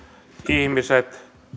ihmiset